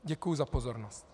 Děkuji za pozornost.